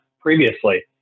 previously